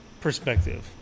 perspective